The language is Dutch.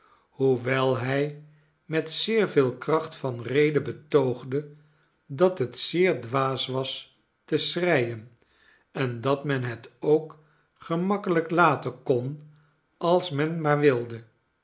hoewel hij met zeer veel kracht van rede betoogde dat het zeer dwaas was te schreien en dat men het ook gemakkelijk laten kon als men maar wilde